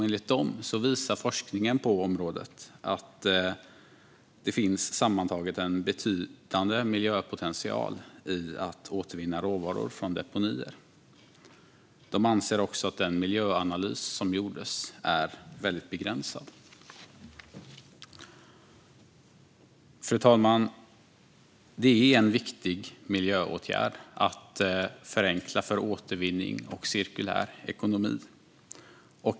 Enligt dem visar forskningen på området att det sammantaget finns betydande miljöpotential i att återvinna råvaror från deponier. De anser också att den miljöanalys som gjorts är väldigt begränsad. Fru talman! Det är en viktig miljöåtgärd att förenkla för återvinning och cirkulär ekonomi.